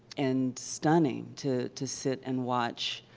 and stunning to to sit and watch